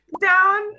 Down